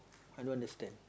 I don't understand